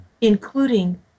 including